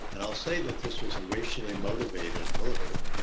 and i'll say that this was a racially motivated murder